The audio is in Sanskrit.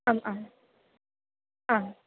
आम् आम् आम्